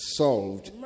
solved